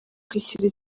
kwishyura